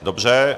Dobře.